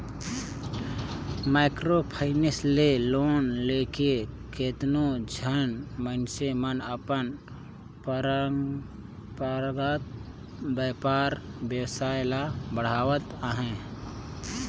micro finance ले loan लेके केतनो झन मइनसे मन अपन परंपरागत बयपार बेवसाय ल बढ़ावत अहें